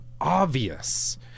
obvious